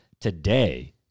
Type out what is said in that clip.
today